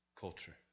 culture